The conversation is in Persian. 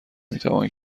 میتوان